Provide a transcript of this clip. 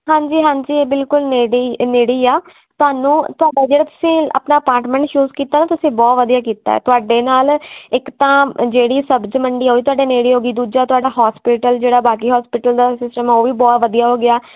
ਹਾਂਜੀ ਹਾਂਜੀ ਬਿਲਕੁਲ ਨੇੜੇ ਨੇੜੇ ਆ ਤੁਹਾਨੂੰ ਤੁਹਾਡਾ ਜਿਹੜਾ ਤੁਸੀਂ ਆਪਣਾ ਅਪਾਰਟਮੈਂਟ ਚੂਜ ਕੀਤਾ ਤੁਸੀਂ ਬਹੁਤ ਵਧੀਆ ਕੀਤਾ ਤੁਹਾਡੇ ਨਾਲ ਇੱਕ ਤਾਂ ਜਿਹੜੀ ਸਬਜ਼ੀ ਮੰਡੀ ਉਹ ਵੀ ਤੁਹਾਡੇ ਨੇੜੇ ਹੋ ਗਈ ਦੂਜਾ ਤੁਹਾਡਾ ਹੋਸਪਿਟਲ ਜਿਹੜਾ ਬਾਕੀ ਹੋਸਪਿਟਲ ਦਾ ਸਿਸਟਮ ਉਹ ਵੀ ਬਹੁਤ ਵਧੀਆ ਹੋ ਗਿਆ